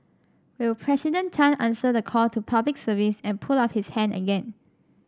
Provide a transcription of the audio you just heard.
will President Tan answer the call to Public Service and put up his hand again